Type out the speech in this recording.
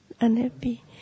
unhappy